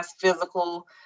physical